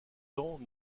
temps